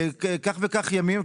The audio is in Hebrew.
כך וכך ימים,